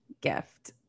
gift